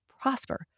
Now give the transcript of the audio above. prosper